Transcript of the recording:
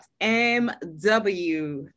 MW